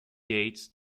yates